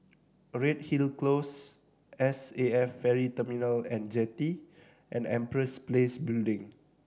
Redhill Close S A F Ferry Terminal And Jetty and Empress Place Building